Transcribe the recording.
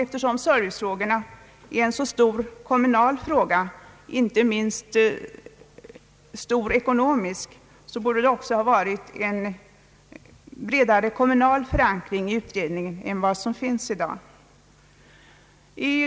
Eftersom servicefrågorna även är ett stort kommunalt problem, inte minst av ekonomisk natur, borde det också enligt vår mening ha varit en bredare kommunal förankring i utredningen än som i dag är fallet.